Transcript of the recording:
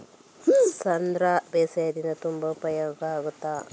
ಸಾಂಧ್ರ ಬೇಸಾಯದಿಂದ ತುಂಬಾ ಉಪಯೋಗ ಆಗುತ್ತದಾ?